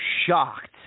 shocked